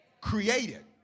created